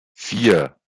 vier